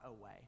away